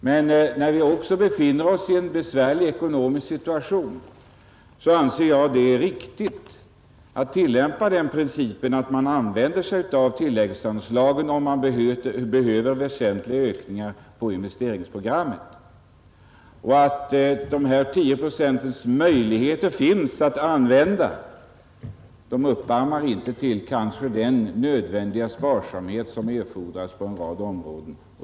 Men vi befinner oss också i en besvärlig ekonomisk situation, och då anser jag det riktigt att tillämpa principen att använda tilläggsanslag om man behöver väsentliga ökningar på investeringsprogrammet. Möjligheten att använda dessa 10 procent uppammar kanske inte den nödvändiga sparsamhet som fordras på en rad områden.